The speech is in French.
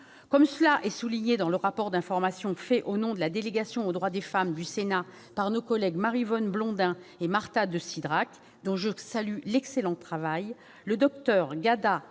Comme cela est souligné dans le rapport d'information fait au nom de la délégation aux droits des femmes du Sénat par nos collègues Maryvonne Blondin et Marta de Cidrac, dont je salue l'excellent travail, le Dr Ghada